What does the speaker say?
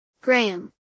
Graham